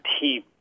team